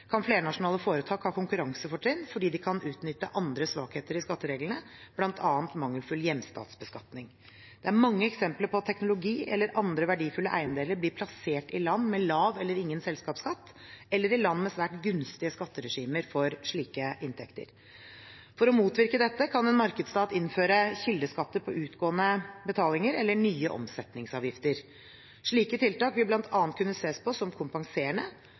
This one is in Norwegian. kan flernasjonale foretak ha konkurransefortrinn fordi de kan utnytte andre svakheter i skattereglene, bl.a. mangelfull hjemstatsbeskatning. Det er mange eksempler på at teknologi eller andre verdifulle eiendeler blir plassert i land med lav eller ingen selskapsskatt, eller i land med svært gunstige skatteregimer for slike inntekter. For å motvirke dette kan en markedsstat innføre kildeskatter på utgående betalinger eller nye omsetningsavgifter. Slike tiltak vil bl.a. kunne ses på som kompenserende,